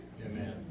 Amen